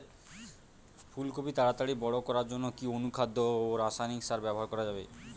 ফুল কপি তাড়াতাড়ি বড় করার জন্য কি অনুখাদ্য ও রাসায়নিক সার ব্যবহার করা যাবে?